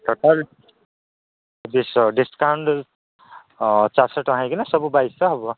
total discount ହଁ ଚାରି ଶହ ଟଙ୍କା ହୋଇ କିନା ସବୁ ବାଇଶହ ହେବ